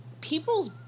people's